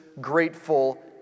grateful